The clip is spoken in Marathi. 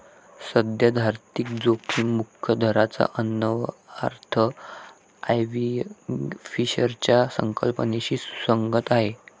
सैद्धांतिक जोखीम मुक्त दराचा अन्वयार्थ आयर्विंग फिशरच्या संकल्पनेशी सुसंगत आहे